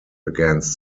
against